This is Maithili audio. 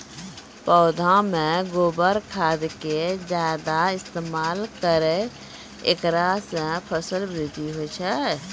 पौधा मे गोबर खाद के ज्यादा इस्तेमाल करौ ऐकरा से फसल बृद्धि होय छै?